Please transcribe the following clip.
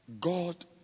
God